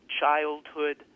childhood